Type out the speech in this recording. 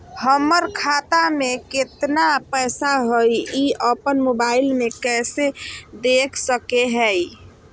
हमर खाता में केतना पैसा हई, ई अपन मोबाईल में कैसे देख सके हियई?